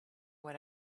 what